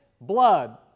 blood